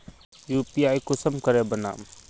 UPI कुंसम करे बनाम?